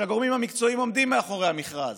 שהגורמים המקצועיים עומדים מאחורי המכרז: